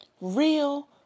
real